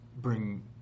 bring